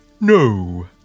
No